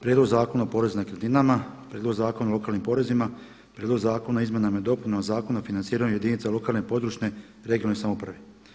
Prijedlog Zakona o porezu na nekretninama, prijedlog Zakona o lokalnim porezima, prijedlog Zakona o izmjenama i dopunama Zakona o financiranju jedinica lokalne, područne i regionalne samouprave.